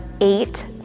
eight